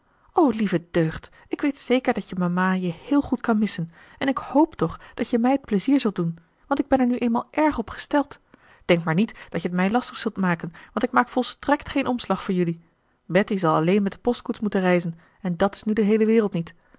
o lieve deugd ik weet zeker dat je mama je heel goed kan missen en ik hoop toch dat je mij t pleizier zult doen want ik ben er nu eenmaal erg op gesteld denk maar niet dat je t mij lastig zult maken want ik maak volstrekt geen omslag voor jelui betty zal alleen met de postkoets moeten reizen en dàt is nu de heele wereld niet